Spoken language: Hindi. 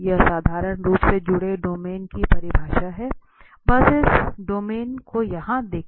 यह साधारण रूप से जुड़े डोमेन की परिभाषा है बस इस डोमेन को यहां देखें